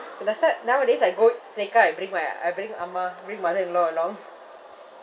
so last time nowadays I go to tekka I bring my I bring amma bring mother in law along